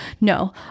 No